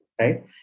right